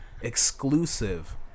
Exclusive